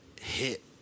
hit